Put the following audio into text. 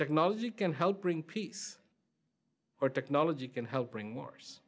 technology can help bring peace or technology can help bring wars